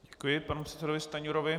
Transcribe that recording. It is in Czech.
Děkuji panu předsedovi Stanjurovi.